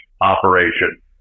operation